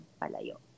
palayo